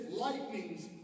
lightnings